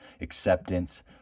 acceptance